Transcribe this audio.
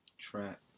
Trap